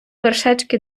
вершечки